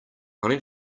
only